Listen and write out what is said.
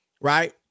right